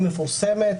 היא מפורסמת.